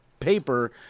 paper